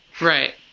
Right